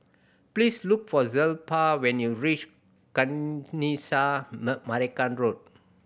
please look for Zelpha when you reach Kanisha Marican Road